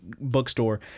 bookstore